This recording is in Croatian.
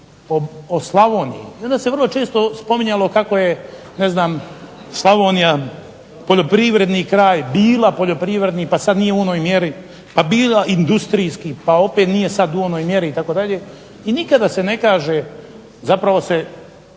o Slavoniji. I onda se vrlo često spominjalo kako je ne znam Slavonija poljoprivredni kraj, bila poljoprivredni, pa sad nije u onoj mjeri, pa bila industrijski, pa opet nije sad u onoj mjeri itd., i nikada se ne kaže, zapravo se